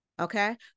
okay